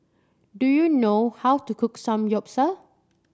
do you know how to cook Samgyeopsal